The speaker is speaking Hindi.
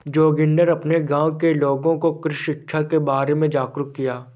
जोगिंदर अपने गांव के लोगों को कृषि शिक्षा के बारे में जागरुक किया